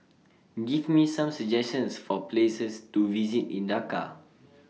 Give Me Some suggestions For Places to visit in Dakar